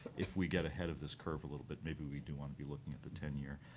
if we get ahead of this curve a little bit, maybe we do want to be looking at the ten year.